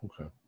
Okay